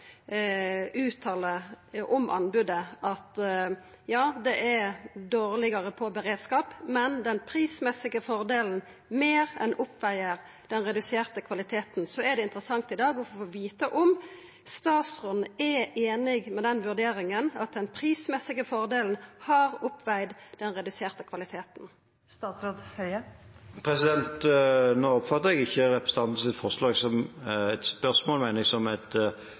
om anbodet at det er dårlegare på beredskap, men at «den prismessige fordelen mer enn oppveier for den reduserte kvaliteten», er det interessant i dag å få vita om statsråden er einig i den vurderinga: at den prismessige fordelen har vege opp for den reduserte